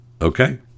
okay